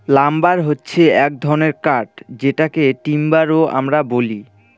lumber হছে এক ধরনের কাঠ যেটাকে টিম্বার ও আমরা বলি